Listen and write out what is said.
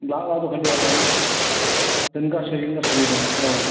दा लाबोखालि होनगासे होना फैगोन औ